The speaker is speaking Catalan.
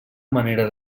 manera